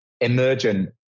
emergent